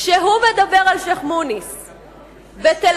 כשהוא מדבר על שיח'-מוניס בתל-אביב,